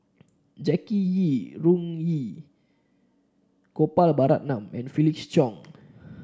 Jackie Yi Ru Ying Gopal Baratham and Felix Cheong